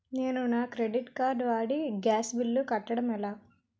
నేను నా credit card వాడి గ్యాస్ బిల్లు కట్టడం ఎలా?